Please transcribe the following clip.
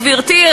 גברתי,